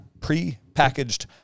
pre-packaged